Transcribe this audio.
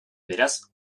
beraz